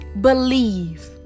Believe